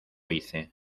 hice